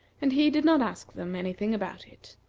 and he did not ask them any thing about it.